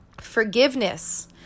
Forgiveness